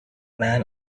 man